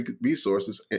resources